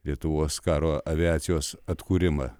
lietuvos karo aviacijos atkūrimą